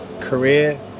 career